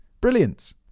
brilliant